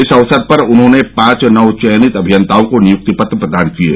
इस अवसर पर उन्होंने पांच नव चयनित अमियंताओं को नियुक्ति पत्र प्रदान किये